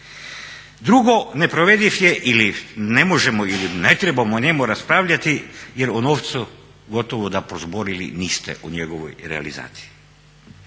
Drugo, neprovediv je ili ne možemo ili ne trebamo o njemu raspravljati, jer o novcu gotovo da prozborili niste u njegovoj realizaciji.